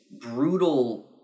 brutal